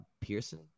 Pearson